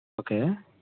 okay